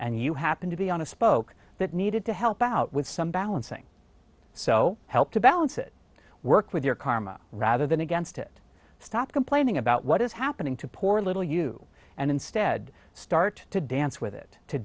and you happen to be on a spoke that needed to help out with some balancing so help to balance it work with your karma rather than against it stop complaining about what is happening to poor little you and instead start to dance with it to